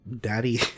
daddy